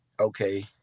okay